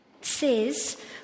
says